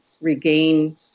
regain